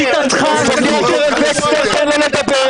--- אתה משקר ------ תן לו לדבר,